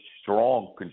strong